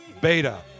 beta